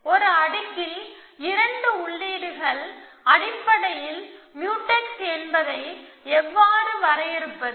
ஒரு அடுக்கில் இரண்டு உள்ளீடுகள் அடிப்படையில் முயூடெக்ஸ் என்பதை எவ்வாறு வரையறுப்பது